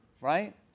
right